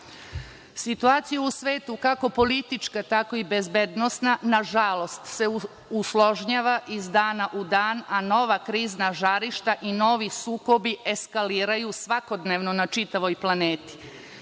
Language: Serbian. Situacija u svetu, kako politička tako i bezbednosna, nažalost se usložnjava iz dana u dan, a nova krizna žarišta i novi sukobi eskaliraju svakodnevno na čitavoj planeti.